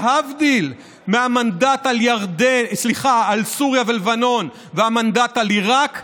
להבדיל מהמנדט על סוריה ולבנון והמנדט על עיראק,